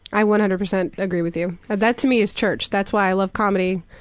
i one hundred percent agree with you. and that to me is church. that's why i love comedy,